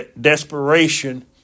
desperation